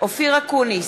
אופיר אקוניס,